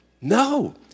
No